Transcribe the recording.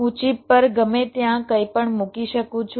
હું ચિપ પર ગમે ત્યાં કંઈપણ મૂકી શકું છું